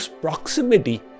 proximity